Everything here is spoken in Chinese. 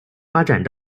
发展